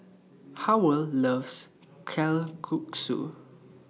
Howell loves Kalguksu